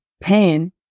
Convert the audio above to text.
pain